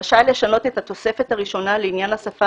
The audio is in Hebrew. רשאי לשנות את התוספת הראשונה לעניין השפה